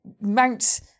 mount